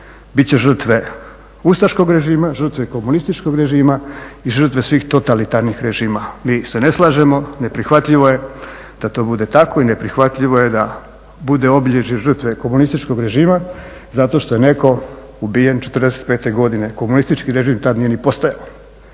će žrtve ustaškog režima, žrtve komunističkog režima i žrtve svih totalitarnih režima. Mi se ne slažemo, neprihvatljivo je da to bude tako i neprihvatljivo je da bude obilježje žrtve komunističkog režima zato što je netko ubijen '45. godine. Komunistički režim tad nije ni postojao,